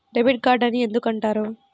Debit card అని ఎందుకు అంటారు?